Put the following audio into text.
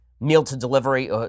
meal-to-delivery